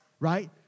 right